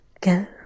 go